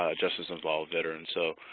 ah justice involved veterans. so